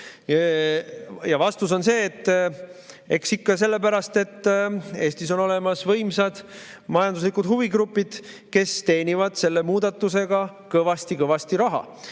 Vastus on see, et eks ikka sellepärast, et Eestis on olemas võimsad majanduslikud huvigrupid, kes teenivad selle muudatusega kõvasti raha.